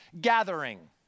gathering